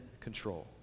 control